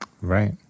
Right